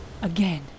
Again